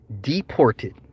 deported